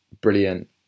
brilliant